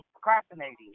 procrastinating